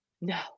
no